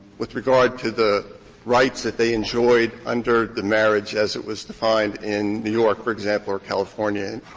with regard to the rights that they enjoyed under the marriage as it was defined in new york, for example, or california.